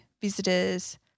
visitors